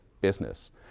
business